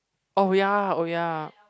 oh ya oh ya